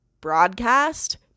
broadcast